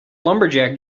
lumberjack